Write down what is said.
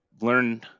learn